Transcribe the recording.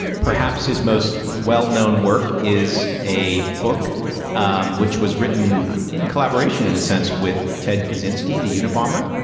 perhaps his most well known work is a book which was written in collaboration, in a sense, with ted kaczynski, the unabomber.